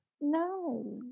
No